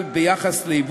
להתייחס